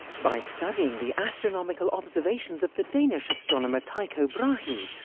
by studying the astronomical observations of the danish astronomer tycho brahe,